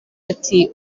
ati